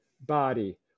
body